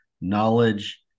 knowledge